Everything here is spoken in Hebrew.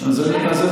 אז אני אומר,